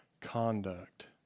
conduct